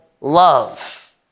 love